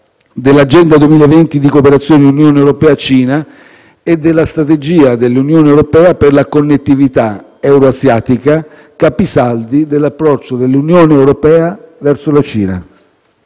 dall'Agenda 2020 di Cooperazione Unione europea-Cina e dalla strategia dell'Unione europea per la connettività euroasiatica, capisaldi dell'approccio dell'Unione europea verso la Cina.